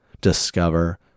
Discover